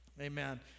amen